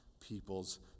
people's